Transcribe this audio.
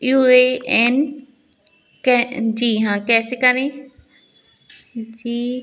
you A N K G हाँ कैसे करें जी